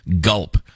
Gulp